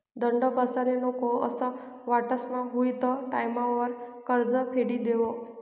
दंड बसाले नको असं वाटस हुयी त टाईमवर कर्ज फेडी देवो